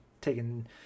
taken